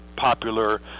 popular